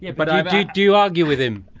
yeah but um do you argue with him?